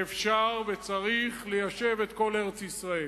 שאפשר וצריך ליישב את כל ארץ-ישראל,